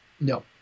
No